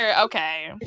Okay